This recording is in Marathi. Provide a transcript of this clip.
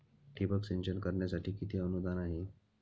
ठिबक सिंचन करण्यासाठी किती अनुदान आहे?